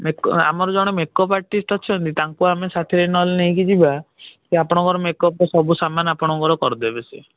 ଆମର ଜଣେ makeup artist ଅଛନ୍ତି ତାଙ୍କୁ ଆମେ ସାଥିରେ ନହେଲେ ନେଇକି ଯିବା ସିଏ ଆପଣଙ୍କର ମେକଅପ୍ର ସବୁ ସାମାନ ଆପଣଙ୍କର କରିଦେବେ ସିଏ